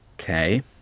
Okay